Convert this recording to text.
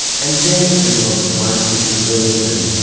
and then there are a lot of privacy concerns and.